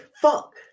fuck